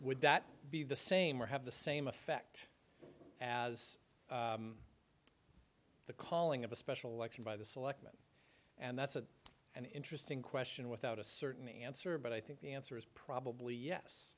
would that be the same or have the same effect as the calling of a special election by the selectmen and that's an interesting question without a certain answer but i think the answer is probably yes